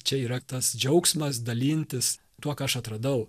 čia yra tas džiaugsmas dalintis tuo ką aš atradau